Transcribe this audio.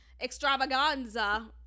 extravaganza